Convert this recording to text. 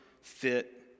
fit